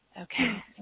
okay